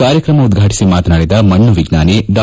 ಕಾರ್ಯಕ್ರಮ ಉದ್ವಾಟಿಸಿ ಮಾತನಾಡಿದ ಮಣ್ಣು ವಿಜ್ಞಾನಿ ಡಾ